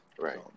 Right